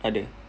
ada